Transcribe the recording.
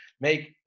make